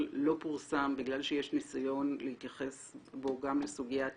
לא פורסם בגלל שיש ניסיון להתייחס בו גם לסוגיית